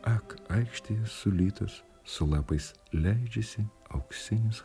ak aikštėje sulytas su lapais leidžiasi auksinis